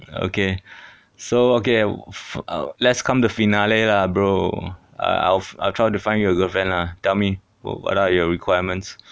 okay so okay let's come the finale lah bro I I'll I'll try to find your girlfriend lah tell me what are your requirements